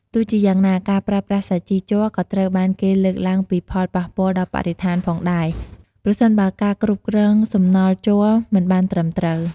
ទោះជាយ៉ាងណា ការប្រើប្រាស់សាជីជ័រក៏ត្រូវបានគេលើកឡើងពីផលប៉ះពាល់ដល់បរិស្ថានផងដែរ ប្រសិនបើការគ្រប់គ្រងសំណល់ជ័រមិនបានត្រឹមត្រូវ។